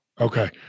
Okay